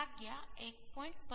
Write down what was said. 2 1